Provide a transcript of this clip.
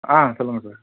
ஆ சொல்லுங்கள் சார்